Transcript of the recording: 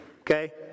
Okay